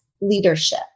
leadership